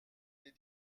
les